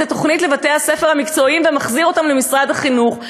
התוכנית לבתי-הספר המקצועיים ומחזיר אותם למשרד החינוך.